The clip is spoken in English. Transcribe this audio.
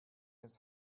his